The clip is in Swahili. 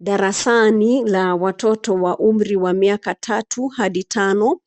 Darasani la watoto wa umri wa miaka tatu hadi tano